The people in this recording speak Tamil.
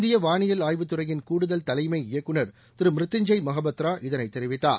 இந்திய வானியல் ஆய்வு துறையின் கூடுதல் தலைமை இயக்குநர் திரு மிர்த்தியுஞ்ஜெய் மொகபத்ரா இதனை தெரிவித்தார்